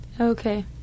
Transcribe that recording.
Okay